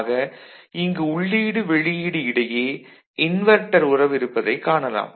ஆக இங்கு உள்ளீடு வெளியீடு இடையே இன்வெர்ட்டர் உறவு இருப்பதைக் காணலாம்